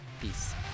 peace